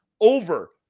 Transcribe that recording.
over